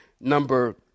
number